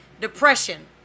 Depression